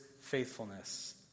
faithfulness